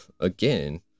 Again